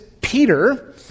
Peter